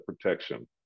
protection